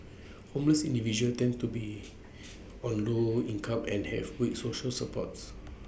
homeless individuals tend to be on low income and have weak social supports